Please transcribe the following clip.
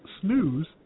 Snooze